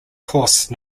course